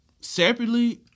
separately